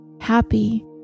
happy